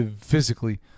physically